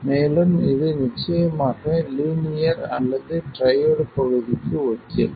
மேலும் இது நிச்சயமாக லீனியர் அல்லது ட்ரையோட் பகுதிக்கு ஒத்திருக்கும்